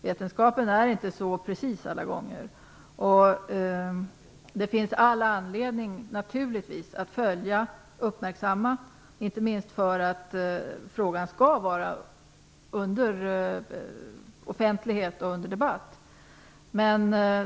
Vetenskapen är inte så precis alla gånger, och det finns naturligtvis all anledning att följa och uppmärksamma frågan, inte minst därför att den skall vara under offentlighet och debatt.